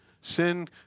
Sin